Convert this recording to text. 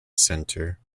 center